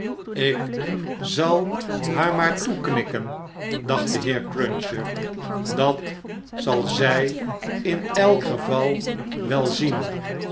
ik zal haar maar toeknikken dacht de mi m mm in londen en paeijs heer cruncher dat zal zjj in elk geval wel zien